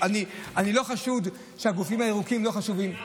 אני לא חשוד שהגופים הירוקים לא חשובים לי.